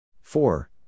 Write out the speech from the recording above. Four